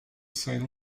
saint